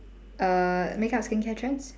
err makeup skincare trends